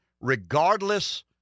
regardless